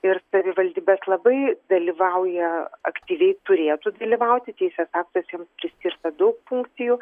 ir savivaldybės labai dalyvauja aktyviai turėtų dalyvauti teisės aktais jiems priskirta daug funkcijų